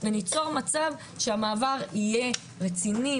וניצור מצב שהמעבר יהיה רציני,